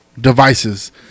devices